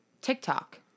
TikTok